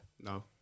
No